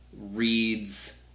reads